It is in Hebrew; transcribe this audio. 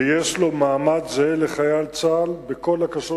ויש לו מעמד זהה לחייל צבא-הגנה לישראל בכל הקשור